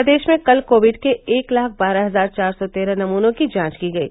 प्रदेश में कल कोविड के एक लाख बारह हजार चार सौ तेरह नमूनों की जांच की गयी